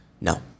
No